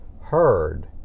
heard